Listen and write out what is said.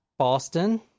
Boston